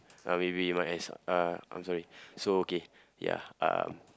uh I'm sorry so okay ya uh